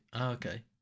okay